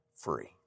free